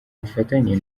bufatanye